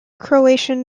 croatian